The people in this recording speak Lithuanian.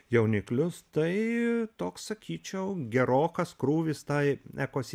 jauniklius tai toks sakyčiau gerokas krūvis tai ekos